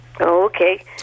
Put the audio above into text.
Okay